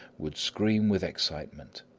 would scream with excitement